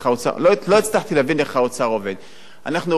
אנחנו רואים את זה בחקירות ילדים,